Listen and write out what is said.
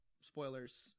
spoilers